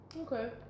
Okay